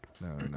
no